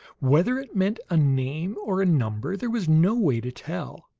whether it meant a name or a number, there was no way to tell.